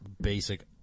basic